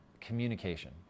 Communication